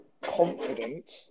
confident